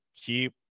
keep